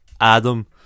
Adam